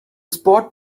spot